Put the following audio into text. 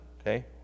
Okay